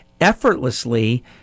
effortlessly